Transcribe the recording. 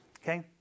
Okay